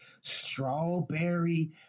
strawberry